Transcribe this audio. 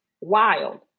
wild